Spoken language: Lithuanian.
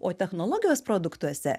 o technologijos produktuose